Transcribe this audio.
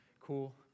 Cool